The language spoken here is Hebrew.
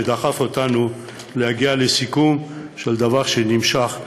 שדחף אותנו להגיע לסיכום של דבר שנמשך,